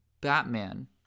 Batman